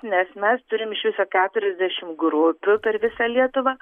nes mes turim iš viso keturiasdešim grupių per visą lietuvą